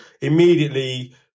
immediately